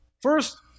First